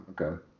okay